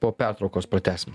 po pertraukos pratęsim